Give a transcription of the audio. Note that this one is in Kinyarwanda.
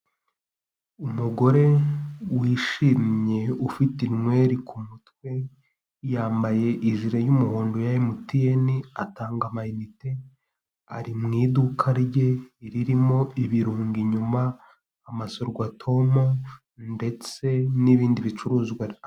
Umugore wishimye ufite inweri ku mutwe, yambaye ijiri y'umuhondo ya MTN atanga amayinite, ari mu iduka rye ririmo ibirungo inyuma amasorurwatomo ndetse n'ibindi bicuruzwa.